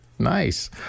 nice